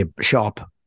shop